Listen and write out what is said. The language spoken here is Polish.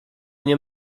nie